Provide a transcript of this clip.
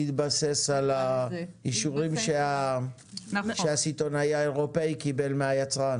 בהתבסס על האישורים שהסיטונאי האירופאי קיבל מהיצרן.